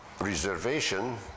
reservation